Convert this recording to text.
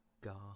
god